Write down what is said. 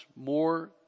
more